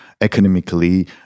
economically